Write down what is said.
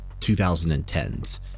2010s